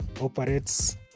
operates